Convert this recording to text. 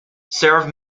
serve